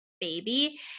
baby